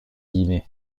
guinée